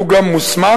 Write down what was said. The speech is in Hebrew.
לו גם מוסמך,